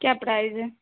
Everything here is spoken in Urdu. کیا پرائز ہے